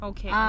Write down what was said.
Okay